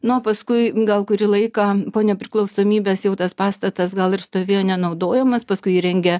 nu o paskui gal kurį laiką po nepriklausomybės jau tas pastatas gal ir stovėjo nenaudojamas paskui įrengė